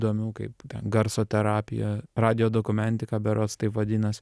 įdomių kaip ten garso terapija radijo dokumentika berods taip vadinas